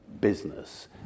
business